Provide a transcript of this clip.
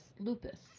lupus